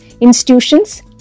institutions